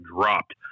dropped